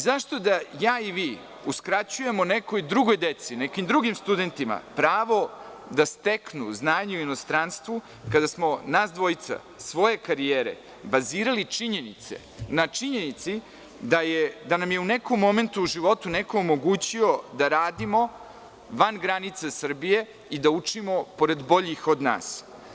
Zašto da ja i vi uskraćujemo nekoj drugoj deci, nekim drugim studentima pravo da steknu znanje u inostranstvu, kada smo nas dvojica svoje karijere, bazirali činjenice na činjenici da nam je u nekom momentu u životu neko omogućio da radimo van granica Srbije i da učimo pored boljih od nas?